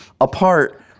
apart